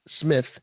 Smith